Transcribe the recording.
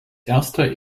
erster